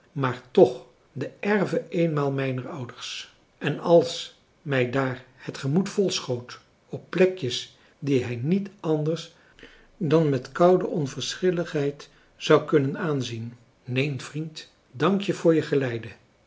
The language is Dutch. maar toch de erve eenmaal mijner ouders en als mij daar het gemoed volschoot op plekjes die hij niet anders dan met koude onverschilligheid zou kunnen aanzien neen vriend dankje voor je geleide